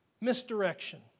Misdirection